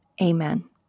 amen